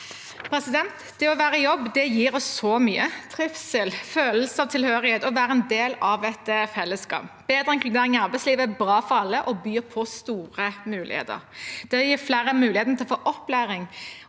Det å være i jobb gir oss så mye – trivsel, følelse av tilhørighet og å være en del av et fellesskap. Bedre inkludering i arbeidslivet er bra for alle og byr på store muligheter. Det gir flere muligheten til å få opplæring